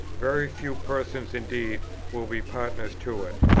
very few persons indeed will be partners to it.